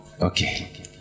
Okay